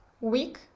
week